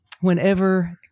whenever